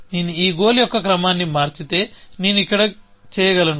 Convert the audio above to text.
నేను ఈ గోల్ యొక్క క్రమాన్ని మార్చితే నేను ఇక్కడ చేయగలను